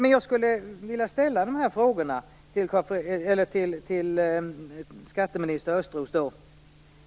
Jag skulle vilja rikta dessa frågor till skatteminister Östros.